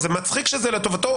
זה מצחיק שזה "לטובתו",